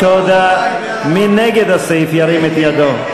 מי נגד, ירים את ידו.